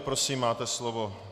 Prosím, máte slovo.